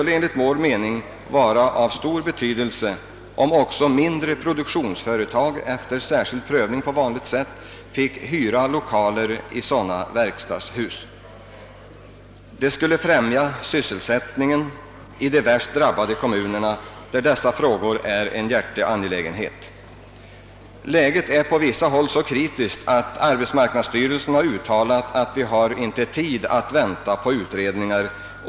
Enligt vår mening skulle det vara av stor betydelse om också mindre produktionsföretag efter särskild prövning på vanligt sätt fick hyra lokaler i sådana verkstadshus. Det skulle kunna främja sysselsättningen i de värst drabbade kommunerna, där dessa frågor är en hjärteangelägenhet. Läget är på vissa håll så kritiskt att arbetsmarknadsstyrelsen har sagt att vi inte har tid att vänta på några utredningar.